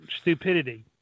stupidity